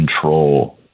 control